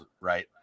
Right